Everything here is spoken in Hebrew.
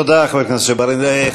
תודה, חבר הכנסת ג'בארין.